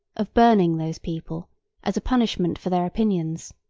of burning those people as a punishment for their opinions.